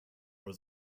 was